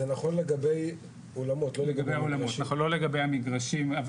זה נכון לגבי אולמות, לא לגבי המגרשים.